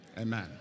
Amen